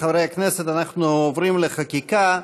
חברי הכנסת, אנחנו עוברים לחקיקה.